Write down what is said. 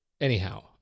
anyhow